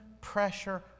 pressure